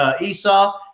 Esau